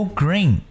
green